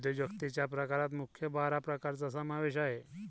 उद्योजकतेच्या प्रकारात मुख्य बारा प्रकारांचा समावेश आहे